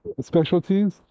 specialties